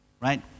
right